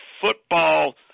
football